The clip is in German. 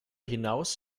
hinaus